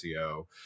SEO